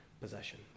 possession